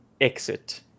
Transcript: exit